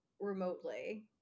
remotely